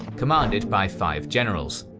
commanded by five generals.